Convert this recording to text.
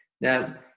now